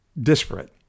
disparate